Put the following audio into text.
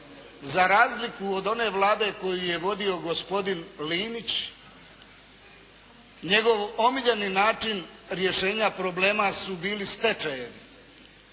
za razliku od one Vlade koju je vodio gospodin Linić, njegov omiljeni način rješenja problema su bili stečajevi.